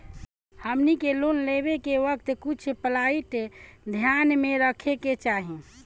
हमनी के लोन लेवे के वक्त कुछ प्वाइंट ध्यान में रखे के चाही